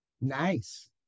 Nice